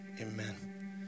amen